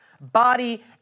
body